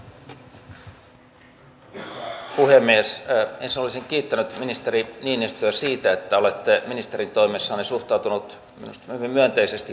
teillä on linja teillä on valta teillä on mandaatti te teette niitä valintoja te teette niitä päätöksiä